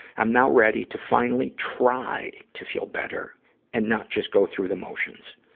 i'm now ready to finally try to feel better and not just go through the motions.